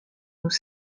nous